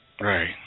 Right